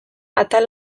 atal